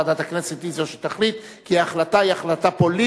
היא תועבר לוועדת הכנסת לשתי הצעות: כלכלה וחוקה.